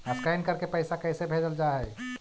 Scan करके पैसा कैसे भेजल जा हइ?